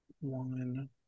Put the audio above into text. One